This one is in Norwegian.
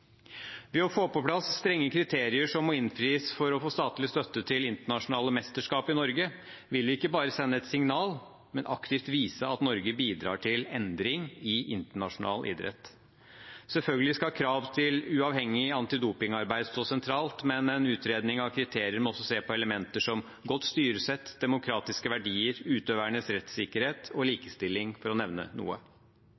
Ved å få på plass strenge kriterier som må innfris for å få statlig støtte til internasjonale mesterskap i Norge, vil vi ikke bare sende et signal, men aktivt vise at Norge bidrar til endring i internasjonal idrett. Selvfølgelig skal krav til uavhengig antidopingarbeid stå sentralt, men en utredning av kriterier må også se på elementer som godt styresett, demokratiske verdier, utøvernes rettssikkerhet og